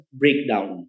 breakdown